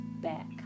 back